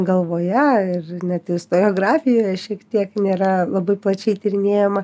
galvoje ir net istoriografijoje šiek tiek nėra labai plačiai tyrinėjama